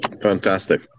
Fantastic